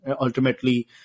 ultimately